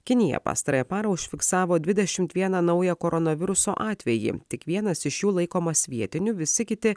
kinija pastarąją parą užfiksavo dvidešimt vieną naują koronaviruso atvejį tik vienas iš jų laikomas vietiniu visi kiti